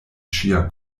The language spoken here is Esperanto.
ŝia